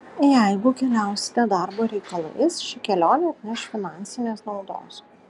jeigu keliausite darbo reikalais ši kelionė atneš finansinės naudos